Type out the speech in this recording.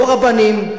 לא רבנים,